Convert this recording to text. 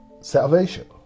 salvation